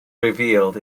revealed